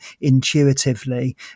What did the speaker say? intuitively